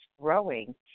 growing